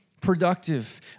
productive